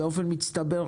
במצטבר,